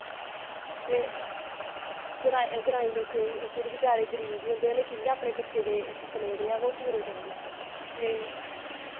ते ग्रां ग्राईं लोकें फिर बचारे गरीब ही होंदे उनैं कियां अपने बच्चें दे सपने जेह्ड़े ऐ ओह् पूरे करने ते